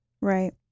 Right